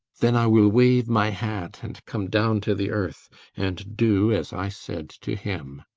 then i will wave my hat and come down to the earth and do as i said to him.